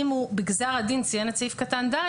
אם בגזר הדין הוא ציין את סעיף קטן (ד),